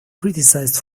criticized